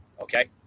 Okay